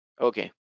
okay